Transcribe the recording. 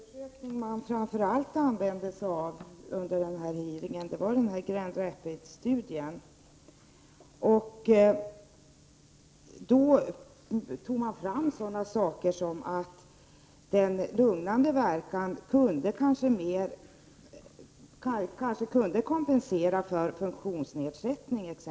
Herr talman! Den undersökning som man framför allt hänvisade till i samband med den hearing som hölls var Grand Rapids-studien. Man tog fasta på t.ex. att en lugnande inverkan kanske kunde kompensera en funktionsnedsättning.